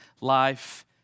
life